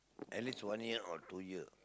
at least one year or two year